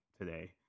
today